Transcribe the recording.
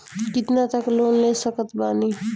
कितना तक लोन ले सकत बानी?